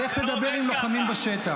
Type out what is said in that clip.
לך תדבר עם לוחמים בשטח.